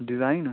design